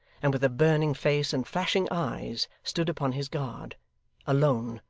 and with a burning face and flashing eyes stood upon his guard alone,